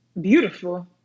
beautiful